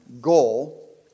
goal